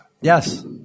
Yes